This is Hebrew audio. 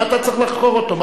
מה אתה צריך לחקור אותו?